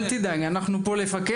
אל תדאג, אנחנו פה לפקח.